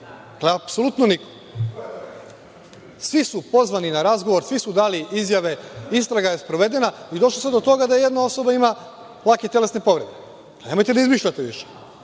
premlaćen, apsolutno niko. Svi su pozvani na razgovor, svi su dali izjave, istraga je sprovedena i došli smo do toga da jedna osoba ima lake telesne povrede. Nemojte da izmišljate više.U